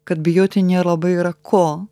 kad bijoti nėra labai yra ko